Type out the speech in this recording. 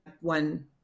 one